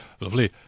Lovely